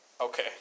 Okay